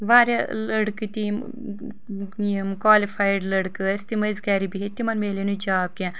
واریاہ لڑکہٕ تہِ یم یم کالفایڈ لڑکہٕ ٲسۍ تم ٲسۍ گرِ بہتھ تمن مِلیو نہٕ جاب کینٛہہ